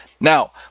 Now